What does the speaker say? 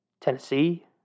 Tennessee